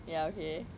ya okay